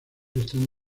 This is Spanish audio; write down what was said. están